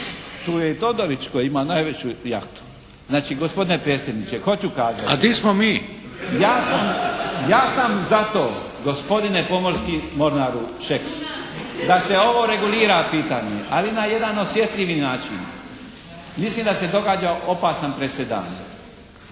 Tu je i Todorić koji ima najveću jahtu. Znači gospodine predsjedniče hoću kazati … **Šeks, Vladimir (HDZ)** A di smo mi? **Letica, Slaven (Nezavisni)** Ja sam za to gospodine pomorski mornaru Šeks, da se ovo regulira pitanje ali na jedan osjetljivi način. Mislim da se događa opasan presedan.